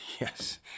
Yes